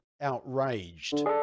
outraged